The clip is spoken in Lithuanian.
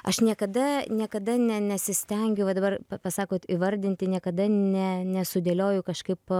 aš niekada niekada ne nesistengiu va dabar pa pasakot įvardinti niekada ne nesudėlioju kažkaip